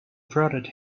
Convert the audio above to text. prodded